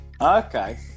Okay